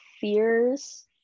fears